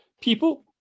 people